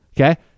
Okay